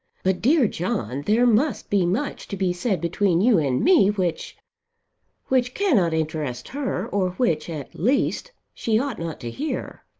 but, dear john, there must be much to be said between you and me which which cannot interest her or which, at least, she ought not to hear.